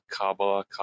Kabbalah